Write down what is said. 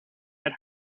had